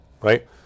right